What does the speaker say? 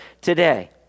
today